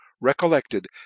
recollected